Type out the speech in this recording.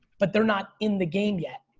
but they're not in the game yet.